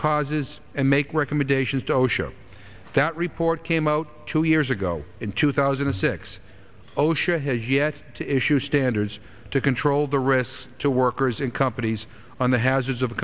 causes and make recommendations to osha that report came out two years ago in two thousand and six osha has yet to issue standards to control the risks to workers and companies on the hazards of